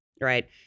Right